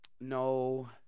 No